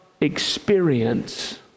experience